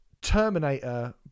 Terminator